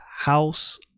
house